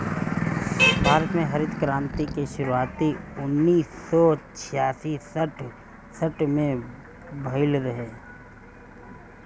भारत में हरित क्रांति के शुरुआत उन्नीस सौ छियासठ सड़सठ में भइल रहे